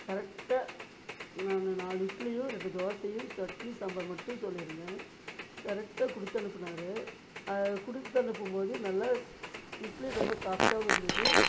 கரெக்டாக நான் நாலு இட்லியும் ரெண்டு தோசையும் சட்னி சாம்பார் மட்டும் சொல்லியிருந்தேன் கரெக்டாக கொடுத்தனுப்புனாரு அது கொடுத்தனுப்பும் போது நல்லா இட்லி ரொம்ப சாஃப்ட்டாகவும் இருந்தது